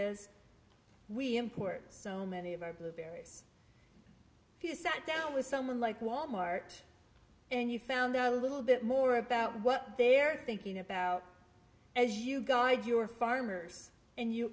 is we import so many of our blueberries if you sat down with someone like wal mart and you found out a little bit more about what they're thinking about as you guide your farmers and you